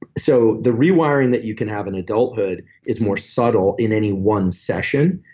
so, the rewiring that you can have in adulthood is more subtle in any one session,